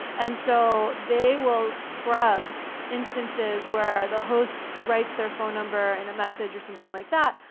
and so they will scrub instances where the host writes their phone number in a message, or something like that.